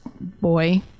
boy